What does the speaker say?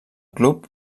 club